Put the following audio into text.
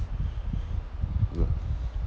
good